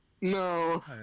No